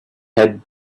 had